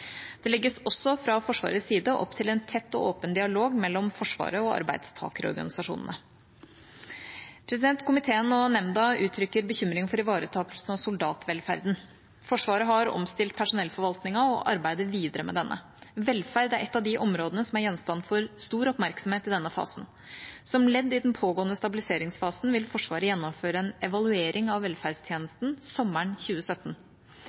Det legges også fra Forsvarets side opp til en tett og åpen dialog mellom Forsvaret og arbeidstakerorganisasjonene. Komiteen og nemnda uttrykker bekymring for ivaretakelsen av soldatvelferden. Forsvaret har omstilt personellforvaltningen og arbeider videre med denne. Velferd er et av de områdene som er gjenstand for stor oppmerksomhet i denne fasen. Som ledd i den pågående stabiliseringsfasen vil Forsvaret gjennomføre en evaluering av velferdstjenesten sommeren 2017.